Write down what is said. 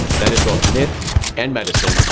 that is both myth and medicine,